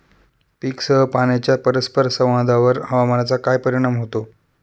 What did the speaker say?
पीकसह पाण्याच्या परस्पर संवादावर हवामानाचा काय परिणाम होतो?